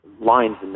lines